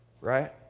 Right